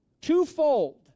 twofold